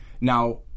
now